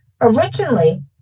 Originally